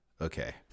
Okay